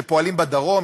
שפועלים בדרום,